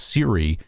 Siri